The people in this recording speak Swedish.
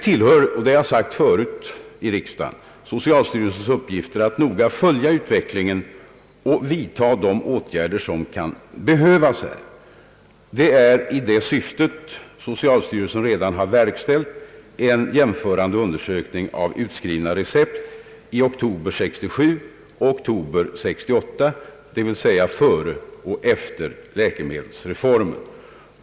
Som jag sagt förut i riksdagen, tillhör det socialstyrelsens uppgifter att noga följa utvecklingen och vidta de åtgärder som kan behövas. I det syftet har socialstyrelsen verkställt en jämförande undersökning av utskrivna recept i oktober 1967 och oktober 1968, dvs. före och efter läkemedelsreformen.